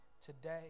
Today